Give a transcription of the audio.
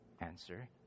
answer